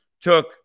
took